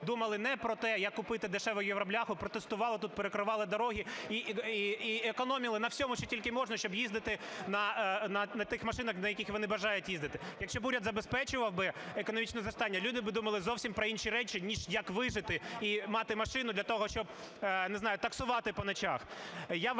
думали не про те, як купити дешеву "євробляху", протестували тут, перекривали дороги і економили на всьому, що тільки можна, щоб їздити на тих машинах, на яких вони бажають їздити. Якщо б уряд забезпечував економічне зростання, люди думали б зовсім про інші речі, ніж, як вижити і мати машину для того, щоб, не знаю, таксувати по ночах.